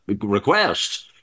request